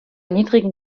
niedrigen